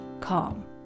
calm